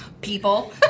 people